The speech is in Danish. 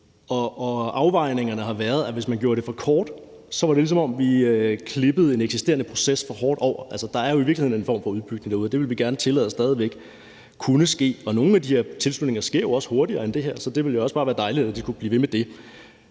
en afvejning, i forhold til at hvis man gjorde perioden for kort, var det, som om vi klippede en eksisterende proces for hårdt over. Der er jo i virkeligheden en form for udbygning derude, og det vil vi gerne tillade stadig væk kan ske. Og nogle af de her tilslutninger sker jo også hurtigere end det, så det ville jo også bare være dejligt, hvis de kunne blive ved med det,